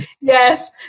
Yes